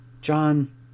John